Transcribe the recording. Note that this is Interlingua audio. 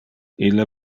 ille